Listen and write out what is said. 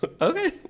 Okay